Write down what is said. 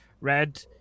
red